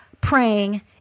praying